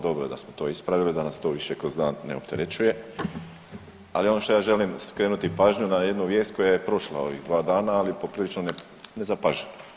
Dobro je da smo to ispravili, da nas to više kroz dan ne opterećuje, ali ono što ja želim skrenuti pažnju na jednu vijest koja je prošla ovih dva dana, ali je poprilično nezapažena.